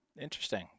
Interesting